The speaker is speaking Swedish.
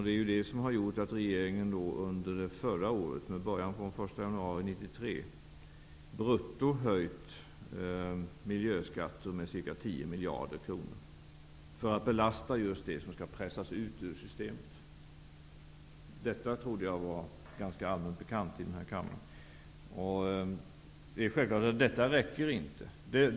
Det är det som har gjort att regeringen under förra året, med början från den 1 januari 1992, brutto har höjt miljöskatter med ca 10 miljarder kronor för att belasta just det som skall pressas ut ur systemet. Detta trodde jag var allmänt bekant i den här kammaren. Självfallet räcker inte detta.